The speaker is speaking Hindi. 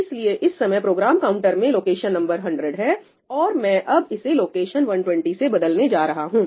इसलिए इस समय प्रोग्राम काउंटर में लोकेशन नंबर 100 है और मैं अब इसे लोकेशन 120 से बदलने जा रहा हूं